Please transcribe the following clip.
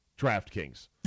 DraftKings